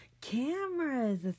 cameras